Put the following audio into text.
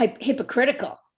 hypocritical